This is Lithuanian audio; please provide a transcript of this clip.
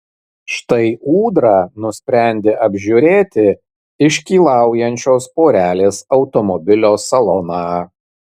štai ūdra nusprendė apžiūrėti iškylaujančios porelės automobilio saloną